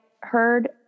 heard